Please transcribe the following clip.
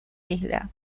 isla